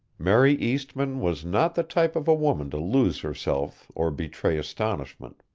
mary eastmann was not the type of woman to lose herself or betray astonishment.